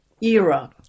era